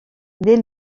dès